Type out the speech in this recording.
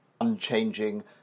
unchanging